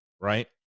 right